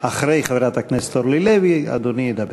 אחרי חברת הכנסת אורלי לוי אדוני ידבר.